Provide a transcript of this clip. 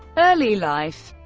early life